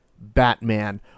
Batman